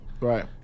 Right